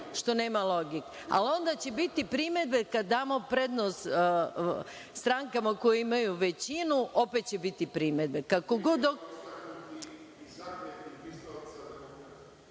što nema logike. Onda će biti primedbi kada damo prednost strankama koje imaju većinu, opet će biti primedbe,